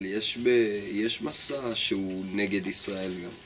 יש מסע שהוא נגד ישראל גם.